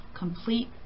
Complete